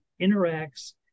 interacts